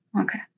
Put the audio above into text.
Okay